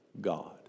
God